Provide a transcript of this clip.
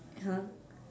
!huh!